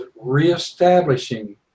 reestablishing